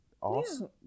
awesome